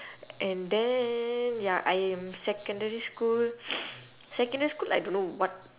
and then ya I in secondary school secondary school I don't know what